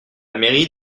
mairie